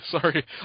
Sorry